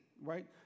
right